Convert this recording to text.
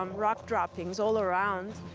um rock droppings all around.